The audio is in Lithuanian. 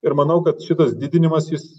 ir manau kad šitas didinimas jis